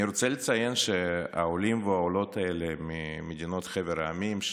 אני רוצה לציין שהעולים והעולות האלה ממדינות חבר העמים,